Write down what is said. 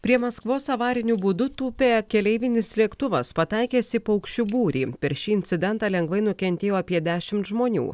prie maskvos avariniu būdu tūpė keleivinis lėktuvas pataikęs į paukščių būrį per šį incidentą lengvai nukentėjo apie dešimt žmonių